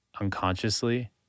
unconsciously